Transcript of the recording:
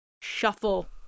shuffle